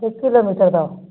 हिकु किलोमीटर तओ